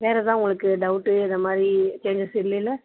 வேறு எதா உங்களுக்கு டவுட்டு இது மாதிரி சேஞ்சஸ் இல்லைல்ல